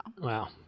Wow